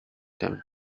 than